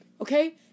Okay